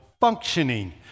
functioning